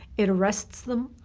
it arrests them,